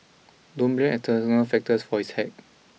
don't blame external factors for his hack